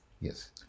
Yes